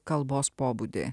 kalbos pobūdį